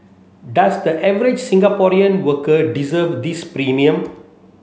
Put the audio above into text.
does the average Singaporean worker deserve this premium